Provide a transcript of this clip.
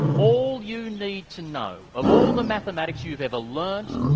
all you need to know, of all the mathematics you've ever learned,